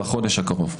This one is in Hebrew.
בחודש הקרוב.